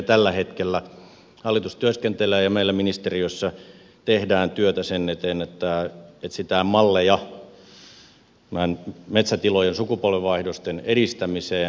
tällä hetkellä hallitus työskentelee ja meillä ministeriössä tehdään työtä sen eteen että etsitään malleja metsätilojen sukupolvenvaihdosten edistämiseen